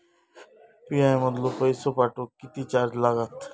UPI मधलो पैसो पाठवुक किती चार्ज लागात?